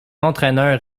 entraîneur